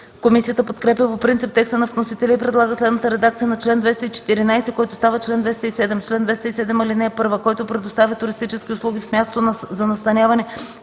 Комисията подкрепя по принцип текста на вносителя и предлага следната редакция на чл. 214, който става чл. 207: „Чл. 207. (1) Който предоставя туристически услуги в място за настаняване